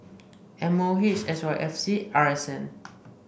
M O H S Y F C R S N